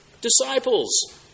disciples